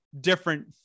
different